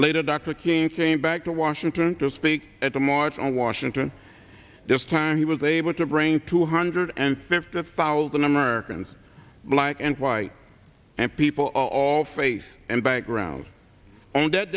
later dr king came back to washington to speak at the march on washington this time he was able to bring two hundred and fifty thousand americans black and white and people of faith and background on that